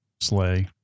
sleigh